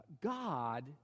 God